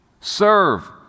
Serve